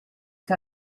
que